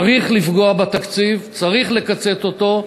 צריך לפגוע בתקציב, צריך לקצץ אותו,